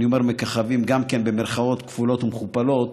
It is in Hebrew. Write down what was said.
אני אומר מככבים גם כן במירכאות כפולות ומכופלות,